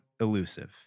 elusive